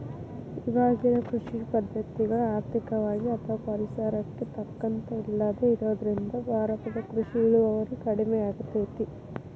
ಇವಾಗಿರೋ ಕೃಷಿ ಪದ್ಧತಿಗಳು ಆರ್ಥಿಕವಾಗಿ ಅಥವಾ ಪರಿಸರಕ್ಕೆ ತಕ್ಕಂತ ಇಲ್ಲದೆ ಇರೋದ್ರಿಂದ ಭಾರತದ ಕೃಷಿ ಇಳುವರಿ ಕಡಮಿಯಾಗೇತಿ